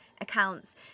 accounts